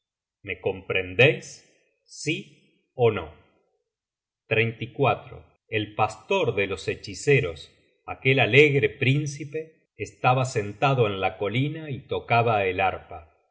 me comprendeis sí ó no el pastor de los hechiceros aquel alegre príncipe estaba sentado en la colina y tocaba el arpa